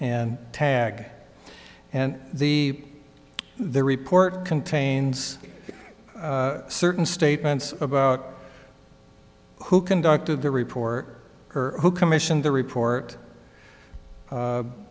and tag and the the report contains certain statements about who conducted the report or who commissioned the report